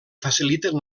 faciliten